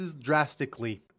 drastically